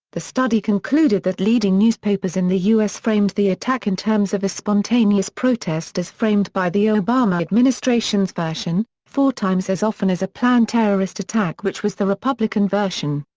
the study concluded that leading newspapers in the u s. framed the attack in terms of a spontaneous protest as framed by the obama administration's version, four times as often as a planned terrorist attack which was the republican version.